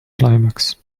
climax